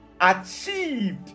achieved